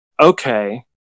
okay